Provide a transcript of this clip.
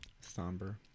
Somber